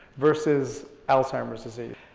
versus alzheimer's disease.